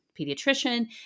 pediatrician